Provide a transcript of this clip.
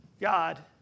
God